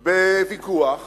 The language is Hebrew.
בוויכוח